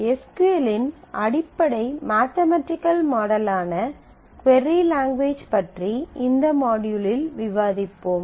S Q L இன் அடிப்படை mathematical மாடலான க்வரி லாங்குவேஜ் பற்றி இந்த மாட்யூலில் விவாதிப்போம்